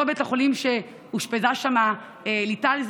אותו בית חולים שאושפזה שם ליטל,